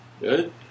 Good